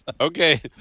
Okay